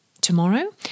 Tomorrow